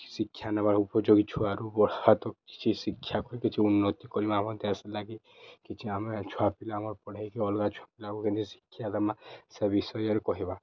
ଶିକ୍ଷା ନେବା ଉପଯୋଗୀ ଛୁଆରୁ ଗୋଡ଼ ହାତ କିଛି ଶିକ୍ଷା କିଛି ଉନ୍ନତି କରିବା ଆମେ ଉଦ୍ଦେଶ୍ୟ ଲାଗି କିଛି ଆମେ ଛୁଆପିଲା ଆର୍ ପଢ଼େଇକି ଅଲଗା ଛୁଆପିଲାଙ୍କୁ କେମତି ଶିକ୍ଷା ଦେମା ସେ ବିଷୟରେ କହିବା